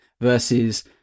versus